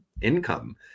income